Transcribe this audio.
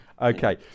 Okay